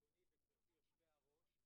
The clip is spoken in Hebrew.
אדוני וגברתי יושבי-הראש,